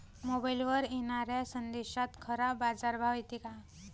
मोबाईलवर येनाऱ्या संदेशात खरा बाजारभाव येते का?